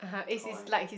toy